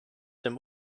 dem